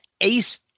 Ace